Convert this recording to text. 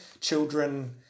Children